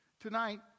Tonight